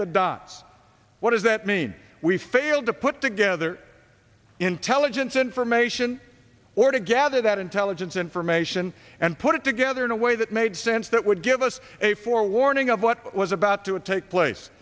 the dots what does that mean we failed to put together other intelligence information or to gather that intelligence information and put it together in a way that made sense that would give us a forewarning of what was about to take place